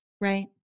right